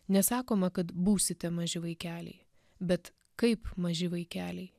nesakoma kad būsite maži vaikeliai bet kaip maži vaikeliai